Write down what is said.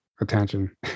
Attention